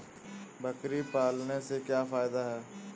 बकरी पालने से क्या फायदा है?